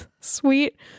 sweet